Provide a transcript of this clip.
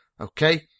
Okay